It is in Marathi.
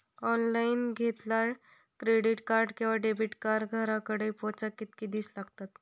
ऑनलाइन घेतला क्रेडिट कार्ड किंवा डेबिट कार्ड घराकडे पोचाक कितके दिस लागतत?